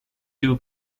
two